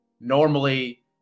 normally